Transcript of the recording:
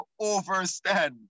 overstand